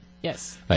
Yes